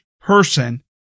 person